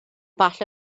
falle